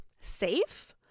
safe